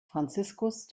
franziskus